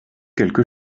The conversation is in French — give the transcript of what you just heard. quelque